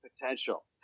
potential